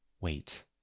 Wait